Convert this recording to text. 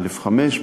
א/5,